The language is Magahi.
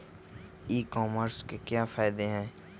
ई कॉमर्स के क्या फायदे हैं?